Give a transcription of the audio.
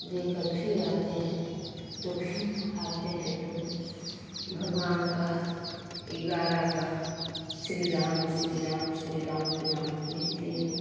देकर फ़िर आते हैं तो फ़िर आते हैं तो भगवान का ग्यारह बार श्री राम श्री राम श्री राम नाम लिखती हूँ